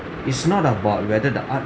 it's not about whether the art